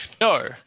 No